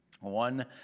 One